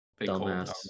Dumbass